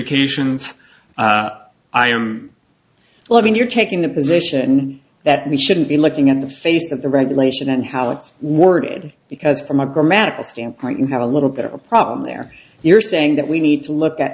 adjudications i am well i mean you're taking the position that we shouldn't be looking at the face of the regulation and how it's worded because from a grammatical standpoint you have a little bit of a problem there you're saying that we need to look at